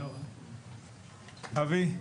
צוהריים טובים,